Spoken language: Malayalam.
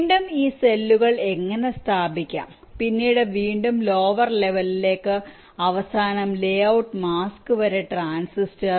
വീണ്ടും ഈ സെല്ലുകൾ എങ്ങനെ സ്ഥാപിക്കാം പിന്നീട് വീണ്ടും ലോവർ ലെവെലിലേക്ക് അവസാനം ലേ ഔട്ട് മാസ്ക് വരെ ട്രാൻസിസ്റ്റർ